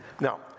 Now